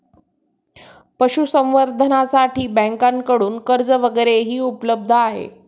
पशुसंवर्धनासाठी बँकांकडून कर्ज वगैरेही उपलब्ध आहे